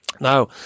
Now